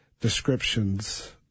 descriptions